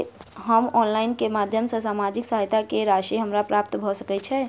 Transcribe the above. हम ऑनलाइन केँ माध्यम सँ सामाजिक सहायता केँ राशि हमरा प्राप्त भऽ सकै छै?